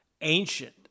ancient